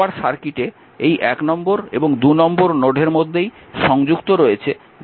আবার সার্কিটে এই 1 নম্বর এবং 2 নম্বর নোডের মধ্যেই সংযুক্ত রয়েছে ভোল্টেজ v